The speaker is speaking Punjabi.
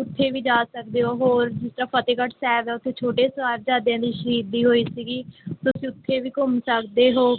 ਉੱਥੇ ਵੀ ਜਾ ਸਕਦੇ ਹੋ ਹੋਰ ਜਿਸ ਤਰ੍ਹਾਂ ਫਤਿਹਗੜ੍ਹ ਸਾਹਿਬ ਹੈ ਉੱਥੇ ਛੋਟੇ ਸਾਹਿਬਜ਼ਾਦਿਆਂ ਦੀ ਸ਼ਹੀਦੀ ਹੋਈ ਸੀਗੀ ਤੁਸੀਂ ਉੱਥੇ ਵੀ ਘੁੰਮ ਸਕਦੇ ਹੋ